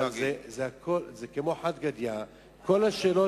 זה כמו חד גדיא, כל השאלות